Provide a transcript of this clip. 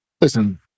Listen